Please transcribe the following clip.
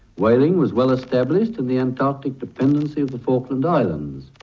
whaling was well established in the antarctic dependency of the falkland islands,